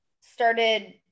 started